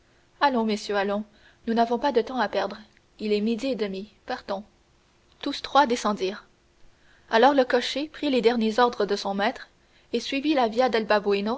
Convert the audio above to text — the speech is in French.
allons messieurs allons nous n'avons pas de temps à perdre il est midi et demi partons tous trois descendirent alors le cocher prit les derniers ordres de son maître et suivit la